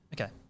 Okay